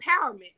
empowerment